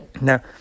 Now